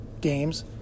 games